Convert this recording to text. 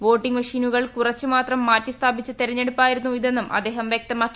voting മെഷിനുകൾ കുറച്ചു മാത്രം മാറ്റിസ്ഥാപിച്ച തെരഞ്ഞെടുപ്പായിരുന്നു ഇതെന്നും അദ്ദേഹം വൃക്തമാക്കി